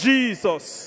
Jesus